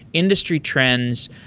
industry trends.